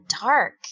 dark